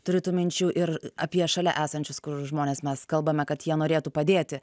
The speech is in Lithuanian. turi tų minčių ir apie šalia esančius kur žmones mes kalbame kad jie norėtų padėti